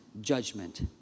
judgment